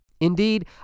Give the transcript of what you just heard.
Indeed